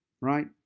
right